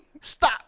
Stop